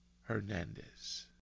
Hernandez